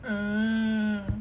hmm